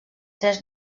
tres